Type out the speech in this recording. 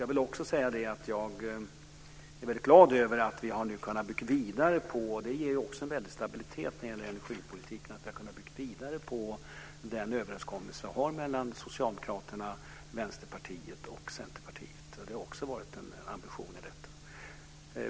Jag vill också säga att jag är väldigt glad över att vi har kunnat bygga vidare - det ger en väldig stabilitet när det gäller energipolitiken - på den överenskommelse vi har mellan Socialdemokraterna, Vänsterpartiet och Centerpartiet. Det har varit en ambition.